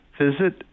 visit